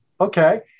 Okay